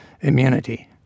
immunity